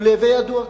להווי ידוע,